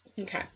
Okay